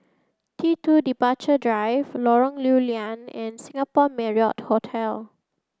T Two Departure Drive Lorong Lew Lian and Singapore Marriott Hotel